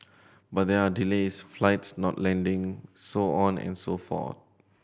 but there are delays flights not landing so on and so forth